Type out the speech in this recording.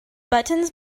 buttons